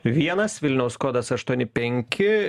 vienas vilniaus kodas aštuoni penki